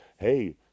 Hey